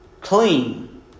clean